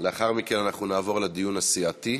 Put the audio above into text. לאחר מכן אנחנו נעבור לדיון הסיעתי.